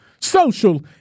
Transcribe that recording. social